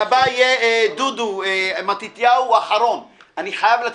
אני רוצה לומר בתשובה לדברים שנאמרו כאן,